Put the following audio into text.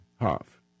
half